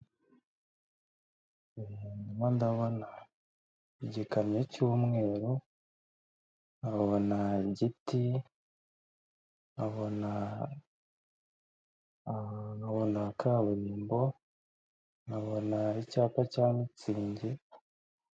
Ndimo ndabona igikamyo cy'umweru, nkabona igiti, nkabona kaburimbo, nkabona icyapa cya mutsingi.